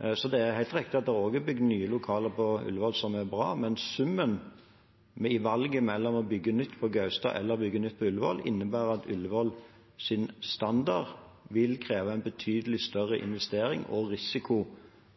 Det er helt riktig at det også er bygd nye lokaler på Ullevål som er bra, men valget mellom å bygge nytt på Gaustad eller å bygge nytt på Ullevål innebærer at Ullevåls standard vil kreve en betydelig større investering og risiko